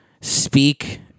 speak